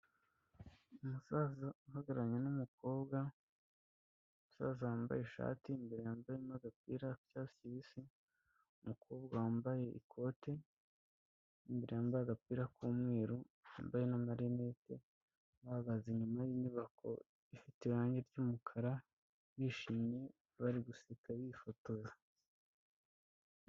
Umusaza uhagararanye n'umukobwa. Umusaza wambaye ishati imbere yambayemo agapira k'icyatsi kibisi. Umukobwa wambaye ikote mu imbere yambaye agapira k'umweru wambaye na marinete bahagaze inyuma y'inyubako ifite irange ry'umukara bishimye bari guseka bifotoza.